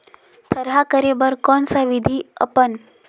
थरहा करे बर कौन सा विधि अपन?